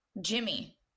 Jimmy